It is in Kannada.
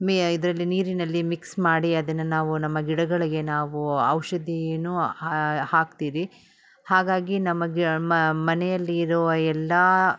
ಮೀ ಇದರಲ್ಲಿ ನೀರಿನಲ್ಲಿ ಮಿಕ್ಸ್ ಮಾಡಿ ಅದನ್ನು ನಾವು ನಮ್ಮ ಗಿಡಗಳಿಗೆ ನಾವು ಔಷಧಿ ಹಾಕ್ತೀರಿ ಹಾಗಾಗಿ ನಮಗೆ ಮನೆಯಲ್ಲಿರುವ ಎಲ್ಲ